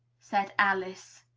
said alice.